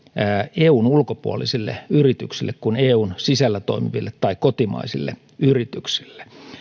eun ulkopuolisille yrityksille kuin eun sisällä toimiville tai kotimaisille yrityksille